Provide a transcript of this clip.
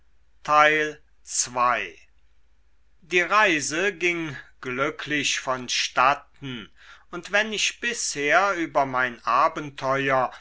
die reise ging glücklich vonstatten und wenn ich bisher über mein abenteuer